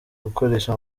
gukoresha